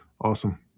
Awesome